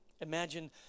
Imagine